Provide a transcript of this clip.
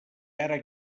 ara